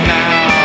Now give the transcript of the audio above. now